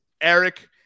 Eric